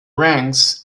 ranks